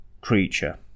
creature